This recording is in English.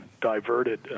diverted